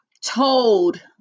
told